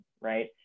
right